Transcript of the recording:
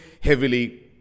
heavily